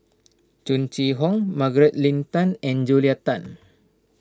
Tung Chye Hong Margaret Leng Tan and Julia Tan